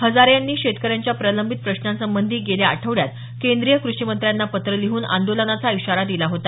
हजारे यांनी शेतकऱ्यांच्या प्रलंबित प्रश्नांसंबंधी गेल्या आठवड्यात केंद्रीय कृषी मंत्र्यांना पत्र लिहून आंदोलनाचा इशारा दिला होता